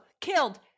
killed